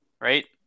right